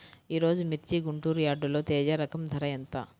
ఈరోజు మిర్చి గుంటూరు యార్డులో తేజ రకం ధర ఎంత?